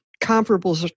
comparable